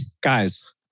guys